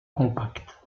compacte